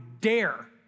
dare